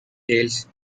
dales